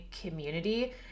community